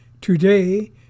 Today